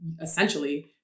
essentially